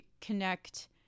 connect